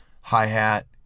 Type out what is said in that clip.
hi-hat